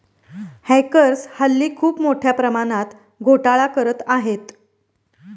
hackers हल्ली खूप मोठ्या प्रमाणात घोटाळा करत आहेत